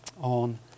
on